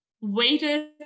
waited